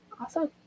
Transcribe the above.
Awesome